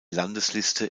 landesliste